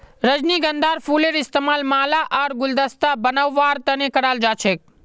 रजनीगंधार फूलेर इस्तमाल माला आर गुलदस्ता बनव्वार तने कराल जा छेक